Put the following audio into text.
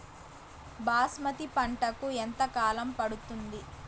బాస్మతి పంటకు ఎంత కాలం పడుతుంది?